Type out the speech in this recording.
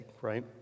right